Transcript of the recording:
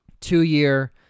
two-year